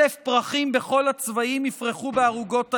אלף פרחים בכל הצבעים יפרחו בערוגות העיר.